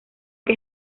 que